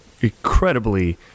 incredibly